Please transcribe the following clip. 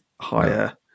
higher